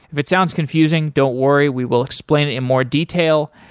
if it sounds confusing, don't worry, we will explain it in more detail.